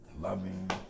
loving